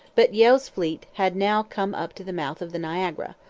but yeo's fleet had now come up to the mouth of the niagara,